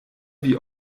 wie